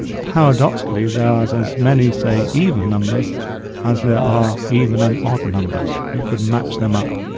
paradoxically there's as many, say, even numbers as there are even and odd numbers. you could match them up.